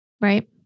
right